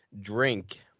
drink